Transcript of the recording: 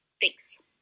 Thanks